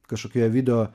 kažkokioje video